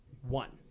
One